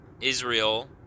Israel